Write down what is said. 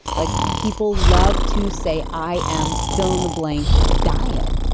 like people love to say i am, fill in the blank diet.